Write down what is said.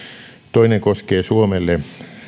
toinen koskee suomelle